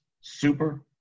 super